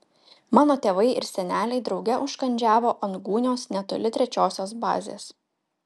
mano tėvai ir seneliai drauge užkandžiavo ant gūnios netoli trečiosios bazės